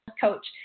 Coach